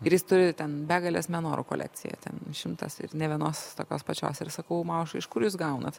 ir jis turi ten begales menorų kolekciją ten šimtas ir nė vienos tokios pačios ir sakau maušai iš kur jūs gaunat